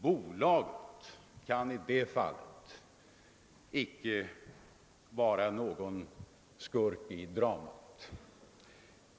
Bolaget kan icke vara skurken i ett sådant drama.